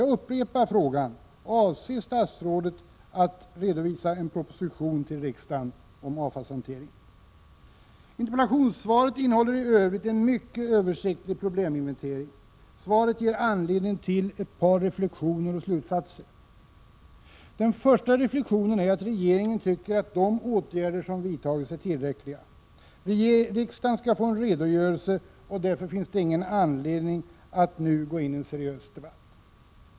Jag upprepar frågan: Avser statsrådet att redovisa en proposition till riksdagen om avfallshanteringen? Interpellationssvaret innehåller i övrigt en mycket översiktlig probleminventering. Svaret ger anledning till ett par reflexioner och slutsatser. Den första reflexionen är att regeringen tycker att de åtgärder som vidtagits är tillräckliga. Riksdagen skall få en redogörelse, och därför finns det ingen anledning att nu gå in i en seriös debatt.